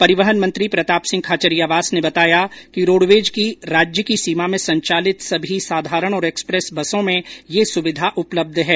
परिवहन मंत्री प्रताप सिंह खाचरियावास ने बताया कि रोडवेज की राज्य की सीमा में संचालित सभी साधारण और एक्सप्रेस बसों में ये सुविधा उपलब्ध है